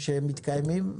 בחקלאות.